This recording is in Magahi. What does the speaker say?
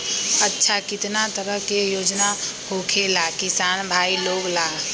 अच्छा कितना तरह के योजना होखेला किसान भाई लोग ला?